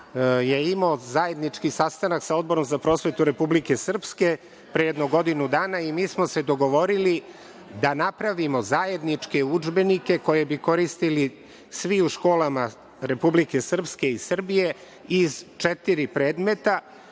je imao zajednički sastanak sa Odborom za prosvetu Republike Srpske, pre jedno godinu dana i mi smo se dogovorili da napravimo zajedničke udžbenike koje bi koristili svi u školama Republike Srpske i Srbije iz četiri predmeta.